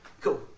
Cool